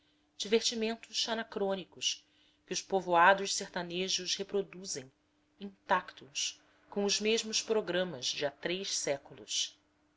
mouramas divertimentos anacrônicos que os povoados sertanejos reproduzem intactos com os mesmos programas de há três séculos